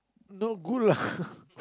not good lah